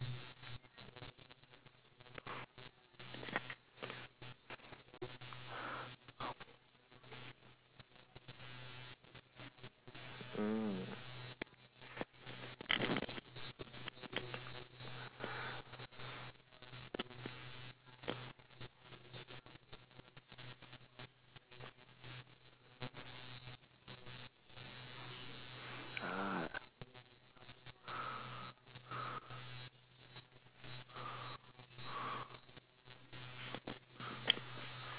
oh ah